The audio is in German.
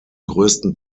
größten